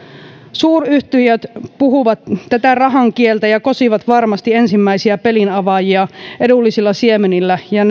suuryhtiöt puhuvat tätä rahan kieltä ja kosivat varmasti ensimmäisiä pelinavaajia edullisilla siemenillä ja